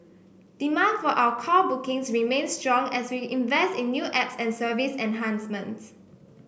demand for our call bookings remains strong as we invest in new apps and service enhancements